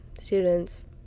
students